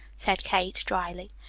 said kate dryly.